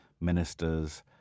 ministers